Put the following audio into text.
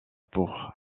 pour